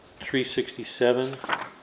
367